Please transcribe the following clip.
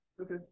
okay